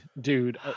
dude